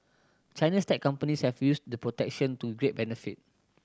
China's tech companies have used the protection to great benefit